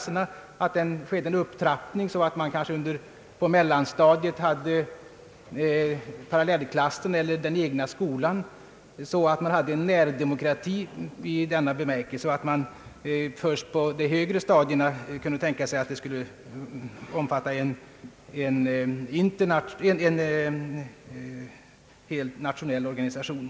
Denna verksamhet kunde sedan trappas upp, så att man på mel lanstadiet hade föreningsverksamhet tillsammans med parallellklassen eller inom den egna skolan — en närdemokrati. Först på de högre stadierna kunde man sedan bygga upp verksamheten avsedd att ingå i en riksorganisation.